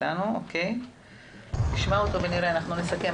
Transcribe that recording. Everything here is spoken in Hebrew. נשמע אותו ונסכם.